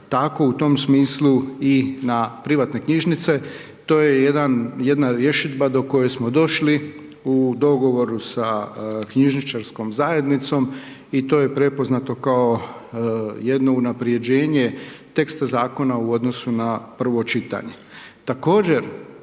tako i u tom smislu i na privatne knjižnice. To je jedna rješidba do koje smo došli u dogovoru sa knjižničarskom zajednicom i to je prepoznato kao jedno unapređenje tekst zakona u odnosu na prvo čitanje.